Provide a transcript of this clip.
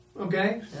Okay